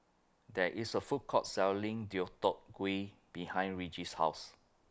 There IS A Food Court Selling Deodeok Gui behind Regis' House